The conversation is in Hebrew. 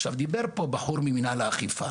עכשיו, דיבר פה בחור ממנהל האכיפה,